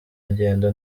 ngendo